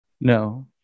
No